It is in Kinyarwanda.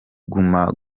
guma